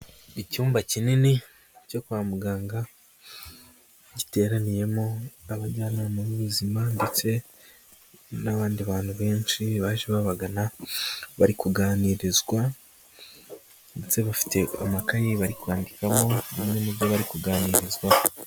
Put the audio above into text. Icyumba kinini cyo kwa muganga, giteraniyemo abajyanama b'ubuzima ndetse n'abandi bantu benshi baje babagana, bari kuganirizwa ndetse bafite amakayi bari kwandikaho bimwe mubyo bari kuganirizwaho.